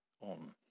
on